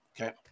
Okay